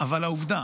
אבל העובדה